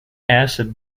acid